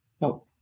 No